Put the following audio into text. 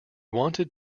wanted